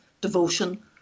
devotion